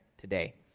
today